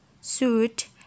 suit